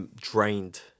drained